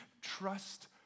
trust